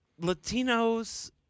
Latinos